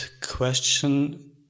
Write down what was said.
question